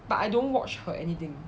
but I don't watch her anything